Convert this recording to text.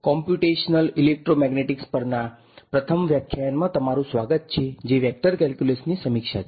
computational electromagnetics પરના પ્રથમ વ્યાખ્યાનમાં તમારું સ્વાગત છે જે વેક્ટર કેલ્ક્યુલસની સમીક્ષા છે